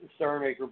Starmaker